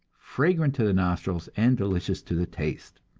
fragrant to the nostrils and delicious to the taste.